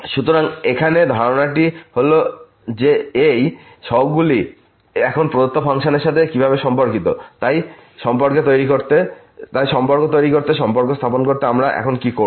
সুতরাং এখন ধারণাটি হল যে এই সহগগুলি এখন প্রদত্ত ফাংশনের সাথে কীভাবে সম্পর্কিত তাই সম্পর্ক তৈরি করতে সম্পর্ক স্থাপন করতে আমরা এখন কী করব